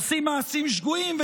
עושים מעשים שגויים,